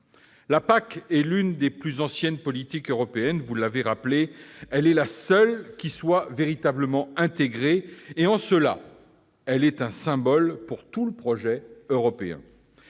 La PAC est l'une des plus anciennes politiques européennes- cela a été rappelé. Elle est la seule qui soit véritablement intégrée et, de ce fait, elle est un symbole pour l'ensemble du projet européen.